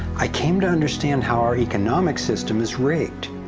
i came to understand how our economic system is rigged.